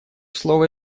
слово